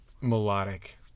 melodic